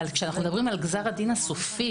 אבל גזר הדין הסופי